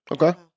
Okay